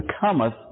cometh